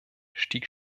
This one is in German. stieg